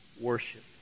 worship